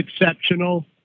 exceptional